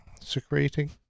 Secreting